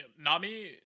Nami